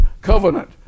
covenant